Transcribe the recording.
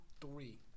three